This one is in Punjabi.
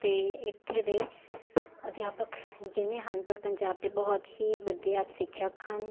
ਅਤੇ ਇੱਥੇ ਦੇ ਅਧਿਆਪਕ ਜਿੰਨੇ ਹਨ ਪਰ ਪੰਜਾਬ ਦੇ ਬਹੁਤ ਹੀ ਵਧੀਆ ਅਤੇ ਸਿੱਖਿਅਕ ਹਨ